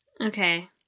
Okay